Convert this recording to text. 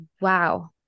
Wow